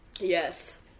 Yes